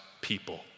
people